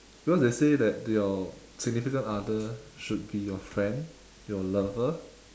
because they say that your significant other should be your friend your lover